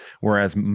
whereas